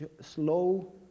slow